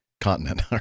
continent